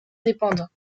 indépendants